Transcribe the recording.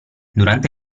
durante